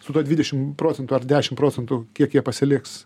su tuo dvidešim procentų ar dešim procentų kiek jie pasiliks